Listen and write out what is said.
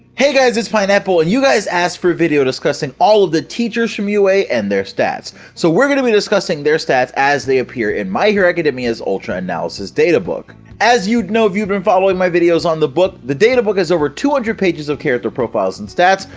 hey guys it's pineapple, and you guys asked for a video discussing all of the teachers from ua and their stats, so we're gonna be discussing their stats as they appear in my hero academia's ultra analysis databook! as you'd know if you've been following my videos on the book, the data book has over two hundred pages of character profiles and stats,